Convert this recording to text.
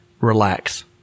relax